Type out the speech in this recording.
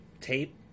tape